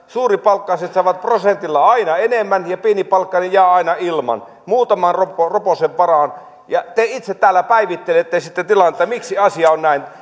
suuripalkkaiset saavat prosentilla aina enemmän ja pienipalkkainen jää aina ilman muutaman roposen roposen varaan te itse täällä päivittelette sitten tilannetta että miksi asia on näin